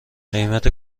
قیمت